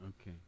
Okay